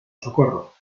socorro